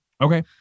Okay